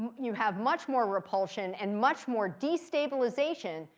you have much more repulsion, and much more destabilization,